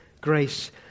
grace